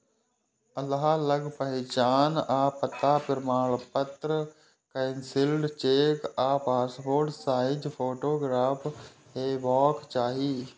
अहां लग पहचान आ पता प्रमाणपत्र, कैंसिल्ड चेक आ पासपोर्ट साइज फोटोग्राफ हेबाक चाही